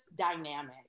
dynamic